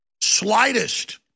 slightest